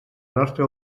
nostra